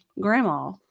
grandma